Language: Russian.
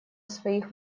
своих